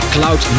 Cloud